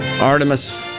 Artemis